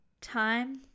time